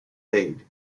aid